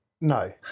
No